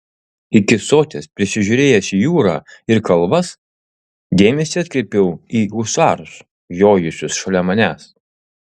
iki soties prisižiūrėjęs į jūrą ir kalvas dėmesį atkreipiau į husarus jojusius šalia manęs